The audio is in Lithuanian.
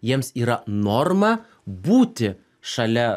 jiems yra norma būti šalia